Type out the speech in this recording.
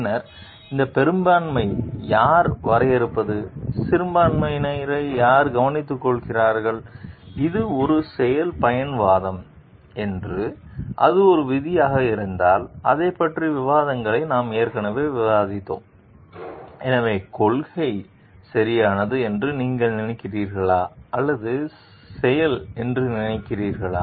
பின்னர் இந்த பெரும்பான்மையை யார் வரையறுப்பது சிறுபான்மையினரை யார் கவனித்துக்கொள்கிறார்கள் இது ஒரு செயல் பயன் வாதம் என்றால் அது ஒரு விதியாக இருந்தால் அதைப் பற்றிய விவாதங்களை நாம் ஏற்கனவே விவாதித்தோம் எனவே கொள்கை சரியானது என்று நீங்கள் நினைக்கிறீர்களா அல்லது செயல் என்று நினைக்கிறீர்களா